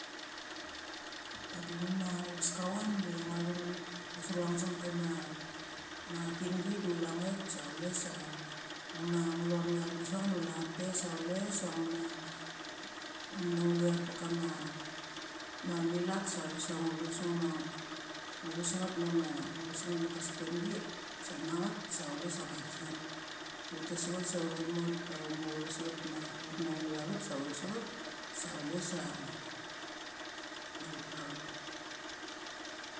Vadi ngu ma veska ka chuan de ngia thu nget ngu seruk cha nget semek kama ma tingi de chule nget sa, chule sa ngu ma ngur ng cha renggi sevetha nget de chule nget pe sa chule sa ngu ma ngo char pekama ma millet sa chule sa ngu ngu ves nget ngu ves nget mek kama sekangi sa mang nget sa chule sa utnes nget ut tes nget sa uthi utmeknget da utmo uttes nget ma ut nnave va vet sa uthes nget s chule sa. Malptha ut.